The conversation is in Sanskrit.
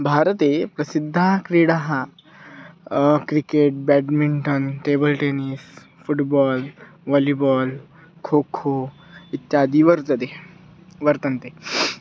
भारते प्रसिद्धाः क्रीडाः cricket badminton table tennis football volleyball kho kho इत्यादि वर्तते वर्तन्ते